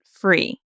free